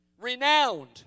Renowned